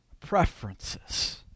preferences